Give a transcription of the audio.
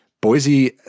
Boise